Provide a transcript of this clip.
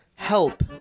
help